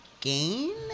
gain